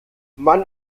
mann